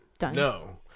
No